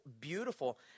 beautiful